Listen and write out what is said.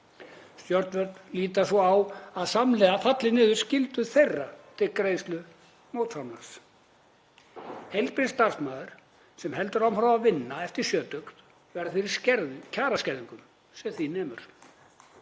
Stjórnvöld líta svo á að samhliða falli niður skylda þeirra til greiðslu mótframlags. Heilbrigðisstarfsmaður sem heldur áfram að vinna eftir sjötugt verður fyrir kjaraskerðingu sem því nemur.